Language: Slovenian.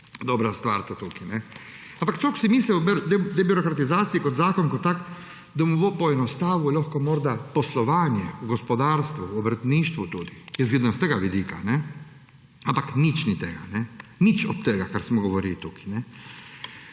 dobra stvar to tukaj. Ampak človek bi si mislil o debirokratizaciji, zakonu kot takem, da mu bo poenostavil lahko morda poslovanje, gospodarstvo, obrtništvo tudi, jaz gledam s tega vidika. Ampak nič ni tega; nič od tega, kar smo govorili tukaj.